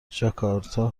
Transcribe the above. جاکارتا